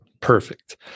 Perfect